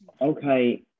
Okay